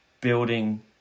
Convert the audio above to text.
building